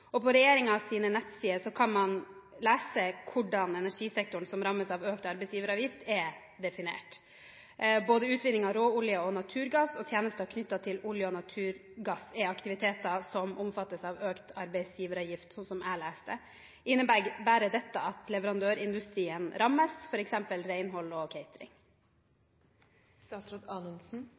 som rammes av økt arbeidsgiveravgift, er definert. Både utvinning av råolje og naturgass og tjenester knyttet til olje og naturgass er aktiviteter som omfattes av økt arbeidsgiveravgift, slik jeg leser det. Innebærer dette at leverandørindustrien, f.eks. renhold og catering,